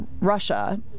Russia